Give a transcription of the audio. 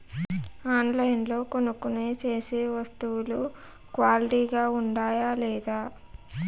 ఆన్లైన్లో కొనుక్కొనే సేసే వస్తువులు క్వాలిటీ గా ఉండాయా లేదా?